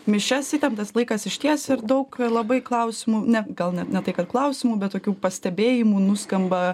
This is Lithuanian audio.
mišias įtemptas laikas išties ir daug labai klausimų ne gal net ne tai kad klausimų bet tokių pastebėjimų nuskamba